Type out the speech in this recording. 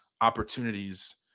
opportunities